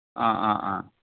অঁ অঁ অঁ